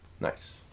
Nice